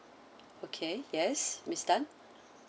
okay yes miss tan